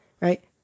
right